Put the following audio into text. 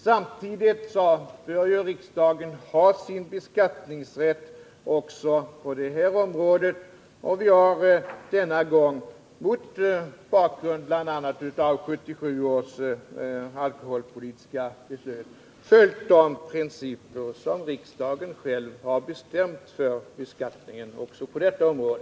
Samtidigt anser jag att riksdagen bör ha sin beskattningsrätt också på det här området. Vi har denna gång följt de principer som riksdagen genom 1977 års alkoholpolitiska beslut själv bestämt för beskattningen också på detta område.